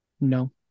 No